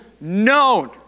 known